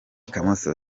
kamoso